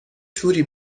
توری